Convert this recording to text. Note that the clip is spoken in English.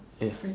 ya